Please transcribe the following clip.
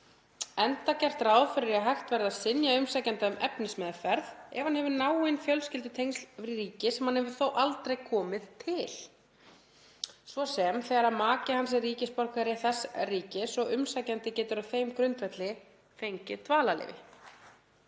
enda gert ráð fyrir að hægt verði að synja umsækjanda um efnismeðferð ef hann hefur náin fjölskyldutengsl við ríki sem hann hefur þó aldrei komið til, s.s. þegar maki hans er ríkisborgari þess ríkis og umsækjandi getur á þeim grundvelli fengið dvalarleyfi.